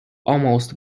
almost